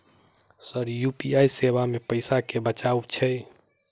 Sir UPI सेवा मे पैसा केँ बचाब छैय?